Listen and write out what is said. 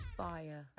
fire